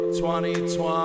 2020